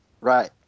Right